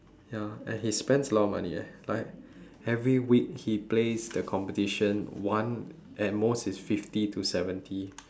ya and he spends a lot money eh like every week he plays the competition one at most is fifty to seventy